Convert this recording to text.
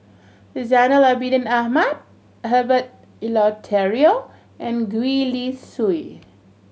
Zainal Abidin Ahmad Herbert Eleuterio and Gwee Li Sui